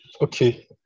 Okay